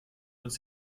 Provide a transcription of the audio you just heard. uns